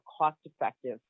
cost-effective